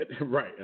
right